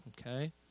Okay